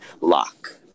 lock